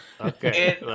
Okay